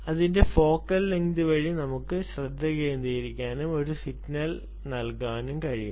അതിന്റെ focal length വഴി നമുക്ക് ഫോക്കസ് ചെയ്യാനും ഒരു സിഗ്നൽ നൽകാനും കഴിയും